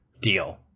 Deal